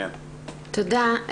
תודה.